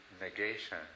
negation